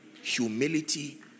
Humility